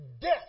death